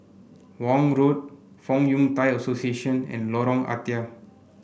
Vaughan Road Fong Yun Thai Association and Lorong Ah Thia